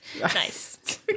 nice